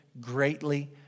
greatly